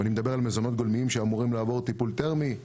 ואני מדבר על מזונות גולמיים שאמורים לעבור טיפול תרמי,